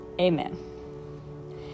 amen